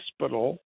hospital